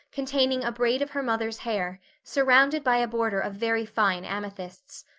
containing a braid of her mother's hair, surrounded by a border of very fine amethysts.